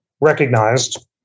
recognized